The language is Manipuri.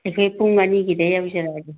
ꯑꯩꯈꯣꯏ ꯄꯨꯡ ꯑꯅꯤꯒꯤꯗ ꯌꯧꯖꯔꯛꯑꯒꯦ